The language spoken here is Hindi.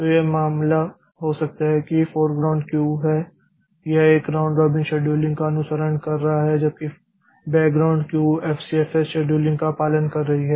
तो यह मामला हो सकता है कि यह फोरग्राउंड क्यू है यह एक राउंड रॉबिन शेड्यूलिंग का अनुसरण कर रहा है जबकि बॅकग्राउंड क्यू एफसीएफएस शेड्यूलिंग का पालन कर रही है